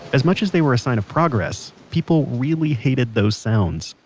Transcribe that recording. as much as they were a sign of progress, people really hated those sounds,